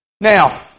Now